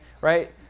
right